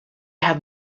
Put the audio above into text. have